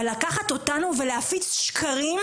אבל לקחת אותנו ולהפיץ שקרים,